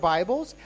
Bibles